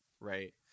Right